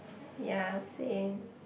ya same